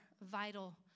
vital